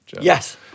yes